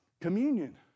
communion